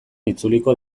itzuliko